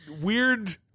weird